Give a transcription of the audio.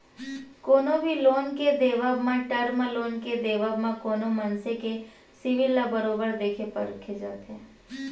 कोनो भी लोन के देवब म, टर्म लोन के देवब म कोनो मनसे के सिविल ल बरोबर देखे परखे जाथे